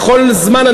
בכל זמן,